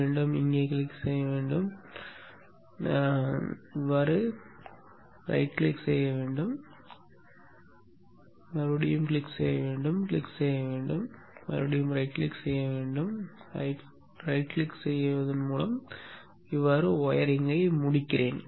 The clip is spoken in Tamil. வலது கிளிக் செய்யவும் கிளிக் செய்யவும் கிளிக் செய்யவும் வலது கிளிக் செய்யவும் கிளிக் செய்யவும் கிளிக் செய்யவும் கிளிக் செய்யவும் வலது கிளிக் செய்யவும் வலது கிளிக் செய்வதன் மூலம் வயரிங்கை முடிக்கிறேன்